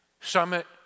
summit